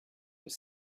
were